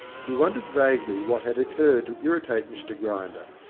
he wondered vaguely what had occurred to irritate mr grinder,